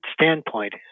standpoint